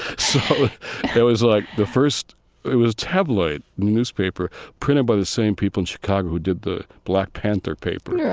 so that was like the first it was tabloid newspaper printed by the same people in chicago who did the black panther paper,